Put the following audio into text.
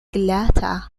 glata